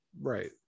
Right